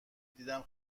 دیدم